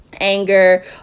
anger